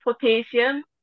potassium